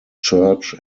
church